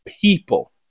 people